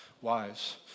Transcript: Wives